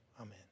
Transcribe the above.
amen